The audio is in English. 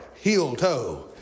heel-toe